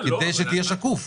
כדי שתהיה שקוף.